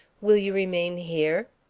will you remain here?